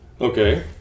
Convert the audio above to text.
Okay